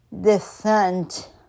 descent